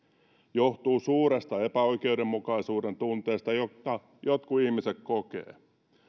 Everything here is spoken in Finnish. johtuu suuresta epäoikeudenmukaisuuden tunteesta jota jotkut ihmiset kokevat